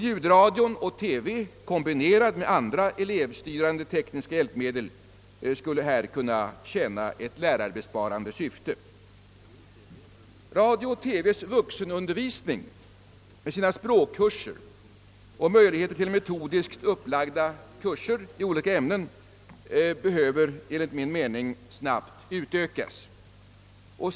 Ljudradio och TV kombinerade med andra elevstyrande tekniska hjälpmedel skulle här kunna tjäna ett lärarbesparande syfte. diskt upplagda kurser i olika ämnen behöver enligt min mening snabbt utbyggas.